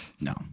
No